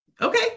okay